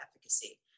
efficacy